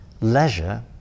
leisure